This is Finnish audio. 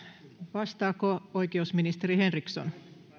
vastaako oikeusministeri henriksson